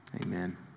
amen